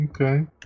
Okay